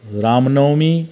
Ram Navami